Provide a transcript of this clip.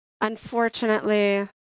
Unfortunately